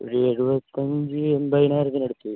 ഒരു എഴുപത്തിയഞ്ച് എണ്പതിനായിരത്തിനടുത്തു വരും